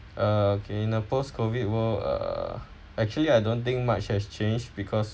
uh okay the post COVID world uh actually I don't think much has changed because